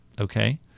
okay